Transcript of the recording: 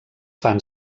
fan